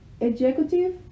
executive